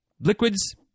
Liquids